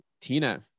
tina